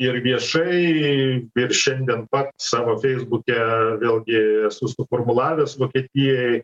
ir viešai ir šiandien pat savo feisbuke vėlgi esu suformulavęs vokietijai